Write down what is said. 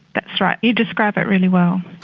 that's right, you describe it really well,